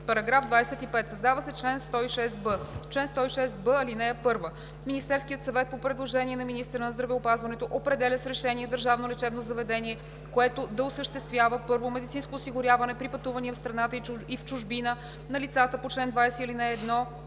§ 25: „§ 25. Създава се чл. 106б: „Чл. 106б. (1) Министерският съвет по предложение на министъра на здравеопазването определя с решение държавно лечебно заведение, което да осъществява: 1. медицинско осигуряване при пътувания в страната и в чужбина на лицата по чл. 20, ал. 1,